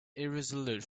irresolute